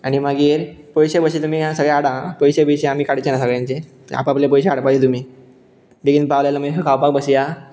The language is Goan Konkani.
आनी मागीर पयशे मातशे तुमी सगळें हाडा आं पयशे बियशे आमी काडचे ना सगळ्यांचे ते आपआले पयशे हाडपाचे तुमी बेगीन पावले जाल्यार मागीर खावपाक बसया